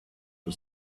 for